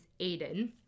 Aiden